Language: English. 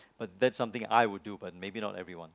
but that's something I would do but maybe not everyone